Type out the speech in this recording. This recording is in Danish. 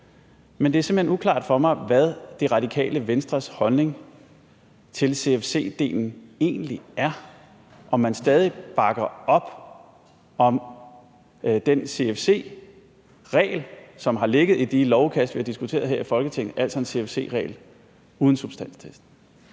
men det er simpelt hen uklart for mig, hvad Det Radikale Venstres holdning til CFC-delen egentlig er, altså om man stadig bakker op om den CFC-regel, som har ligget i de lovudkast, vi har diskuteret her i Folketinget, altså en CFC-regel uden substanstest.